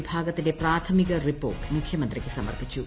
വിഭാഗത്തിന്റെ പ്രാഥമിക റിപ്പോർട്ട് മുഖ്യമന്ത്രിക്ക് സമർപ്പിച്ചു